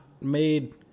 made